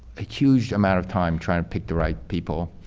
a huge amount of time trying to pick the right people.